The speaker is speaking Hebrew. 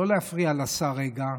לא להפריע לשר רגע,